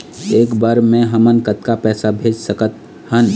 एक बर मे हमन कतका पैसा भेज सकत हन?